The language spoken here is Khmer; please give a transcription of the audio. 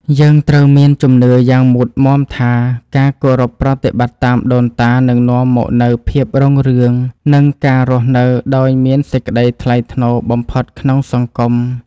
យើងត្រូវមានជំនឿយ៉ាងមុតមាំថា ការគោរពប្រតិបត្តិតាមដូនតានឹងនាំមកនូវភាពរុងរឿង និងការរស់នៅដោយមានសេចក្តីថ្លៃថ្នូរបំផុតក្នុងសង្គម។